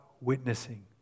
witnessing